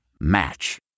Match